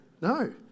No